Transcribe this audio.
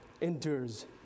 endures